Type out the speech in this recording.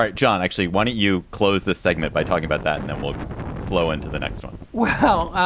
like john, actually, why don't you close the segment by talking about that and then we'll flow into the next one? well,